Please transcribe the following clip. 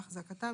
ואחזקתם),